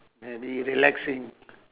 maybe relaxing